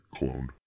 cloned